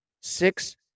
six